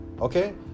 okay